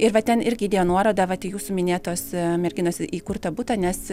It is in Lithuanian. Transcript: ir va ten irgi įdėjo nuorodą vat į jūsų minėtos merginos įkurtą butą nes